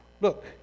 look